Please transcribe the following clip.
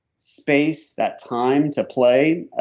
space, that time to play,